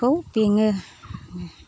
खौ बेङो